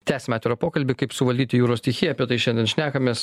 tęsiame pokalbį kaip suvaldyti jūros stichiją apie tai šiandien šnekamės